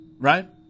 Right